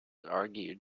argued